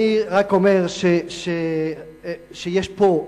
אני רק אומר שיש פה,